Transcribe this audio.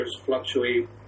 fluctuate